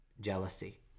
jealousy